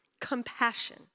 compassion